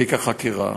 תיק החקירה.